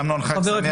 אמנון, חג שמח.